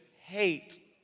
hate